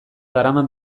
darama